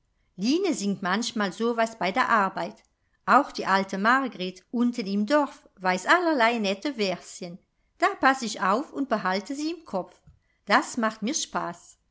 line singt manchmal so'was bei der arbeit auch die alte margret unten im dorf weiß allerlei nette verschen da paß ich auf und behalte sie im kopf das macht mir spaß